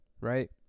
right